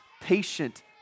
patient